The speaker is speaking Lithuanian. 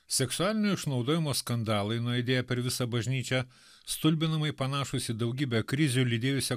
seksualinio išnaudojimo skandalai nuaidėję per visą bažnyčią stulbinamai panašūs į daugybę krizių lydėjusią